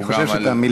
הוא גם על,